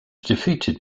defeated